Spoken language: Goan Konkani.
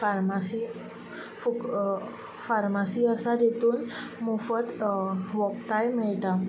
फार्मासी फुक फार्मासी आसा तातूंत मुफट वखदांय मेळटा